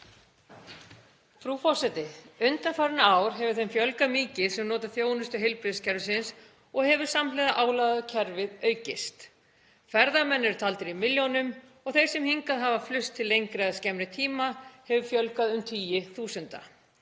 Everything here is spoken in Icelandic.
Frú forseti. Undanfarin ár hefur þeim fjölgað mikið sem hafa notið þjónustu heilbrigðiskerfisins og samhliða hefur álag á kerfið aukist. Ferðamenn eru taldir í milljónum og þeim sem hingað hafa flust til lengri eða skemmri tíma hefur fjölgað um tugi þúsunda.